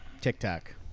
TikTok